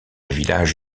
village